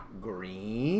Green